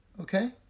okay